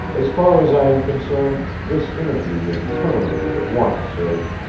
as far as i am concerned, this interview may be terminated at once, sir!